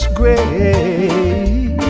grace